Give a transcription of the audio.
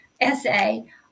essay